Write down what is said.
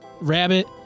rabbit